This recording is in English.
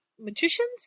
magicians